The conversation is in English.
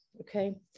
Okay